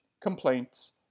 Complaints